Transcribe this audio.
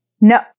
No